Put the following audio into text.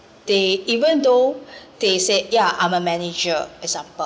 they even though they say yeah I'm a manager example